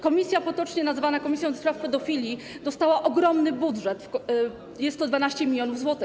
Komisja, potocznie nazywana komisją do spraw pedofilii, dostała ogromny budżet, jest to 12 mln zł.